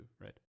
right